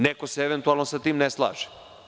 Neko se eventualno sa tim ne slaže.